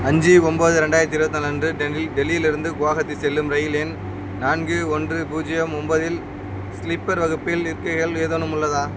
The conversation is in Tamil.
அஞ்சு ஒம்பது ரெண்டாயிரத்தி இருபத்தி நாலு அன்று டெல் டெல்லியிலிருந்து குவஹாத்தி செல்லும் ரயில் எண் நான்கு ஒன்று பூஜ்ஜியம் ஒன்போதில் ஸ்லிப்பர் வகுப்பில் இருக்கைகள் ஏதேனும் உள்ளதா